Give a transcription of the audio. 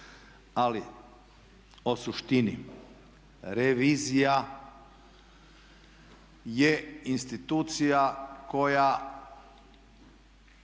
ali o suštini revizija je institucija koja